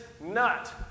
nut